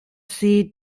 sie